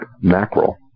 mackerel